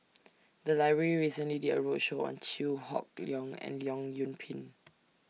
The Library recently did A roadshow on Chew Hock Leong and Leong Yoon Pin